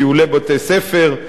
טיולי בתי-ספר,